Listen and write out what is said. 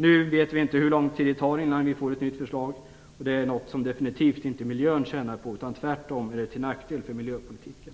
Nu vet vi inte hur lång tid det tar innan vi får ett nytt förslag. Det tjänar definitivt inte miljön på. Det är tvärtom till nackdel för miljöpolitiken.